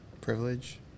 Privilege